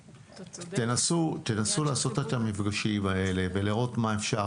תנסו לקיים את המפגשים האלה ולראות מה אפשר.